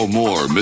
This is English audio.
more